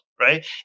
right